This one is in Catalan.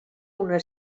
una